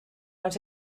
wanna